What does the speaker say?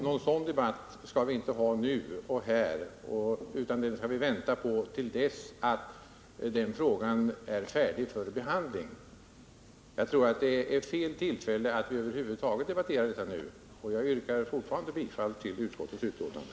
Någon sådan debatt skall vi inte ha nu och här, utan den skall vi vänta med till dess att frågan är färdig för behandling. Jag tror det är fel tillfälle att över huvud taget debattera detta nu. Jag vidhåller mitt yrkande om bifall till utskottets hemställan.